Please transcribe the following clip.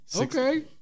Okay